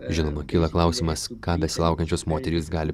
žinoma kyla klausimas ką besilaukiančios moterys gali